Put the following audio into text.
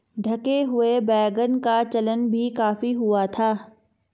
ढके हुए वैगन का चलन भी काफी हुआ था